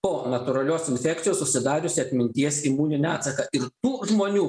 po natūralios infekcijos susidariusį atminties imuninį atsaką ir tų žmonių